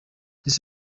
miss